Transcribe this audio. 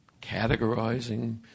categorizing